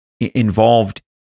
involved